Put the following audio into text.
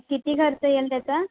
किती खर्च येईल त्याचा